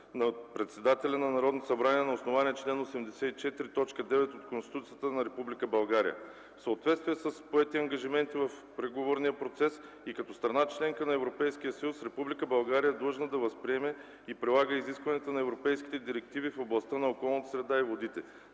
на Председателя на Народното събрание на основание чл. 84, т. 9 от Конституцията на Република България. В съответствие с поети ангажименти в преговорния процес и като страна-членка на Европейския съюз, Република България е длъжна да възприеме и прилага изискванията на европейските директиви в областта на околната среда и водите.